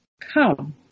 come